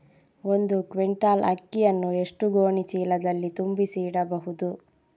ಒಂದು ಕ್ವಿಂಟಾಲ್ ಅಕ್ಕಿಯನ್ನು ಎಷ್ಟು ಗೋಣಿಚೀಲದಲ್ಲಿ ತುಂಬಿಸಿ ಇಡಬಹುದು?